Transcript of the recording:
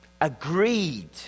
Agreed